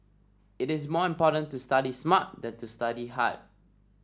it is more important to study smart than to study hard